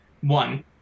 One